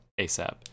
ASAP